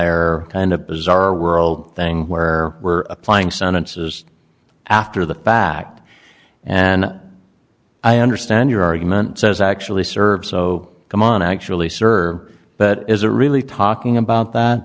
r kind of bizarre world thing where we're applying sentences after the fact and i understand your argument says actually served so come on actually serve but is a really talking about that